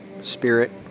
Spirit